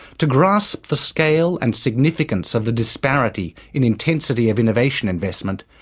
to grasp the scale and significance of the disparity in intensity of innovation investment,